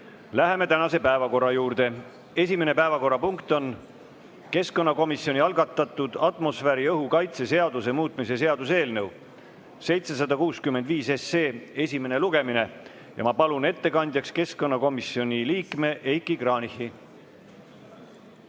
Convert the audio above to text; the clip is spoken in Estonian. Läheme tänase päevakorra juurde. Esimene päevakorrapunkt on keskkonnakomisjoni algatatud atmosfääriõhu kaitse seaduse muutmise seaduse eelnõu 765 esimene lugemine. Ma palun ettekandjaks keskkonnakomisjoni liikme Heiki Kranichi.